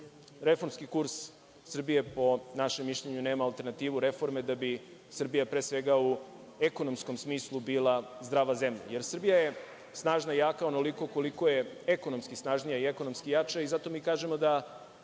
reformski kurs Srbije po našem mišljenju nema alternativu reforme da bi Srbija u ekonomskom smislu bila zdrava zemlja. Srbija je snažna i jaka onoliko koliko je ekonomski snažnija i ekonomski jača i zato kažemo da